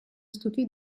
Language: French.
stocker